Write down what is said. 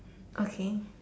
okay